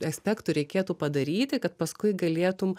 aspektų reikėtų padaryti kad paskui galėtum